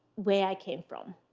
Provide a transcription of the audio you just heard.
where i came from.